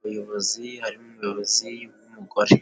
bayobozi harimo umuyobozi w'umugore.